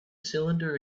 cylinder